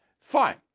Fine